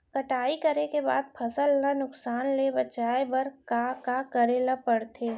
कटाई करे के बाद फसल ल नुकसान ले बचाये बर का का करे ल पड़थे?